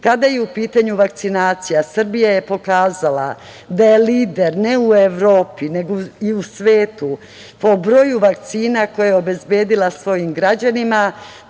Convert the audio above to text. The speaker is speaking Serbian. Kada je u pitanju vakcinacija, Srbija je pokazala da je lider ne u Evropi, nego i u svetu po broju vakcina koje je obezbedila svojim građanima,